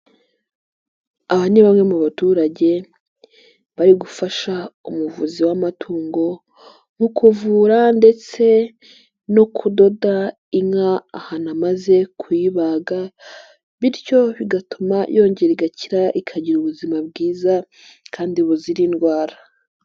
Aba ni bamwe mu baturage bari gufasha umuvuzi w'amatungo mu kuvura ndetse no kudoda inka ahatu amaze kuyibaga, bityo bigatuma yongera igakira ikagira ubuzima bwiza kandi buzira indwara.